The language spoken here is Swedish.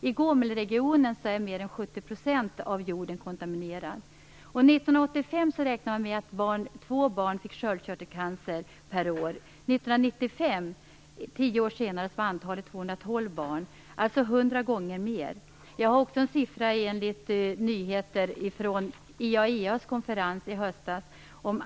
I Gomelregionen är mer än 70 % av jorden kontaminerad. 1985 räknade man med att 2 barn per år fick sköldkörtelcancer. 1995, tio år senare, var antalet 212 barn, alltså 100 gånger mer. Jag har också en ny siffra från IAEA:s konferens i höstas.